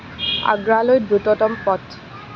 আগ্ৰালৈ দ্ৰুততম পথ